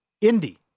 Indy